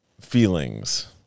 feelings